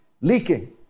leaking